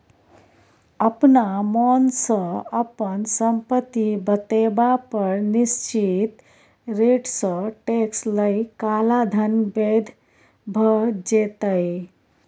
अपना मोनसँ अपन संपत्ति बतेबा पर निश्चित रेटसँ टैक्स लए काला धन बैद्य भ जेतै